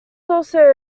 also